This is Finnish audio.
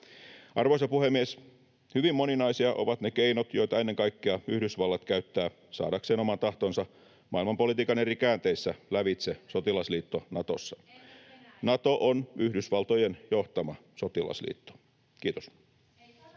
Arvoisa puhemies! Hyvin moninaisia ovat ne keinot, joita ennen kaikkea Yhdysvallat käyttää saadakseen oman tahtonsa maailmanpolitiikan eri käänteissä lävitse sotilasliitto Natossa. [Sanna Antikainen: Entäs Venäjä?] Nato on Yhdysvaltojen johtama sotilasliitto. — Kiitos.